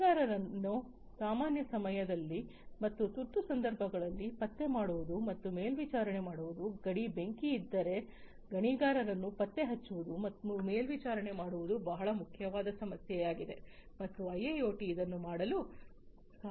ಗಣಿಗಾರರನ್ನು ಸಾಮಾನ್ಯ ಸಮಯಗಳಲ್ಲಿ ಮತ್ತು ತುರ್ತು ಸಂದರ್ಭಗಳಲ್ಲಿ ಪತ್ತೆ ಮಾಡುವುದು ಮತ್ತು ಮೇಲ್ವಿಚಾರಣೆ ಮಾಡುವುದು ಗಣಿ ಬೆಂಕಿಯಿದ್ದರೆ ಗಣಿಗಾರರನ್ನು ಪತ್ತೆ ಹಚ್ಚುವುದು ಮತ್ತು ಮೇಲ್ವಿಚಾರಣೆ ಮಾಡುವುದು ಬಹಳ ಮುಖ್ಯವಾದ ಸಮಸ್ಯೆಯಾಗಿದೆ ಮತ್ತು ಐಐಓಟಿ ಇದನ್ನು ಮಾಡಲು ಮಾಡಲು ಸಹಾಯ ಮಾಡುತ್ತದೆ